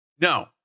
No